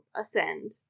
ascend